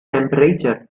temperature